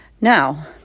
Now